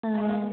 ହଁ